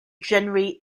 generally